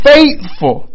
Faithful